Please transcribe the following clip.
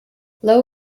low